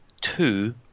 two